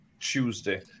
Tuesday